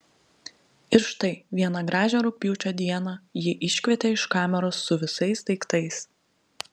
ir štai vieną gražią rugpjūčio dieną jį iškvietė iš kameros su visais daiktais